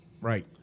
right